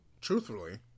Truthfully